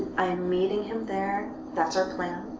i'm meeting him there. that's our plan.